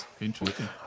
Interesting